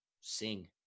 sing